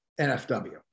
NFW